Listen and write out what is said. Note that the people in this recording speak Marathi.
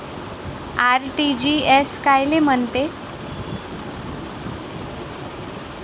आर.टी.जी.एस कायले म्हनते?